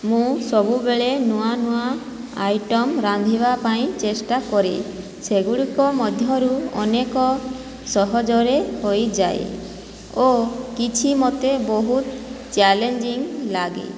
ମୁଁ ସବୁବେଳେ ନୂଆ ନୂଆ ଆଇଟମ୍ ରାନ୍ଧିବା ପାଇଁ ଚେଷ୍ଟା କରେ ସେଗୁଡ଼ିକ ମଧ୍ୟରୁ ଅନେକ ସହଜରେ ହୋଇଯାଏ ଓ କିଛି ମୋତେ ବହୁତ ଚ୍ୟାଲେଞ୍ଜିଂ ଲାଗେ